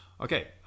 Okay